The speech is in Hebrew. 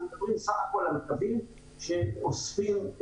אנחנו מדברים בסך הכל על קווים שאוספים את כל